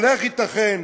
אבל איך ייתכן,